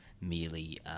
Merely